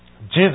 Jesus